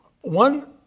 One